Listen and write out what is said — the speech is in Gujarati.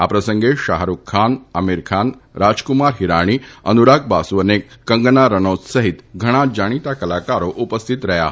આ પ્રસંગે શાહરુખ ખાન અમીર ખાન રાજક્રમાર હિરાણી અનુરાગ બાસુ અને કંગના રનૌત સહિત ઘણા જાણીતા કલાકારો ઉપસ્થિત રહ્યા હતા